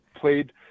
played